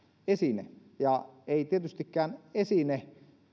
esine ja ei tietystikään esine